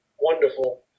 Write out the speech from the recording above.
wonderful